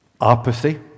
Apathy